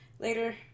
Later